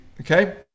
Okay